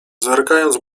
zerkając